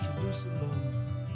Jerusalem